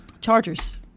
Chargers